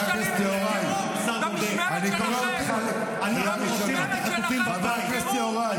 אל תטיף לנו מוסר.